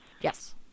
Yes